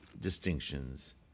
distinctions